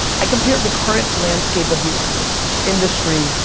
i compare the current landscape of the industry,